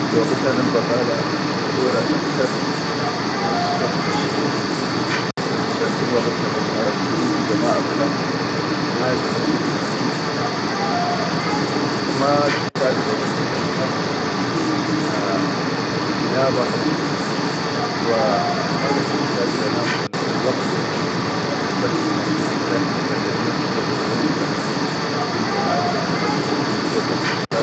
Al waqit hanal batala albadora aktar hubas waqtasshite, fishan fil waqit da kan maraktu intu jamaʼa kula mafi hemu biaziku, wa tihtaju le gal illa bikan han digilaba wama tihtaju le nadum gal biwaqqir ankun alefan tiʼaziku bikan intu kan lammetu fiya kateerin kula, bilga male efana, finshan mine kula.